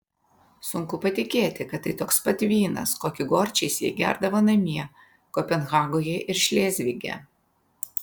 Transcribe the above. sunku patikėti kad tai toks pat vynas kokį gorčiais jie gerdavo namie kopenhagoje ir šlėzvige